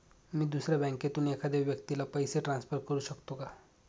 मी दुसऱ्या बँकेतून एखाद्या व्यक्ती ला पैसे ट्रान्सफर करु शकतो का?